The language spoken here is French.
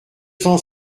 cent